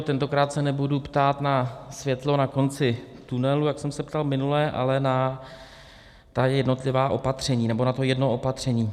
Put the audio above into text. Tentokrát se nebudu ptát na světlo na konci tunelu, jak jsem se ptal minule, ale na ta jednotlivá opatření nebo na to jedno opatření.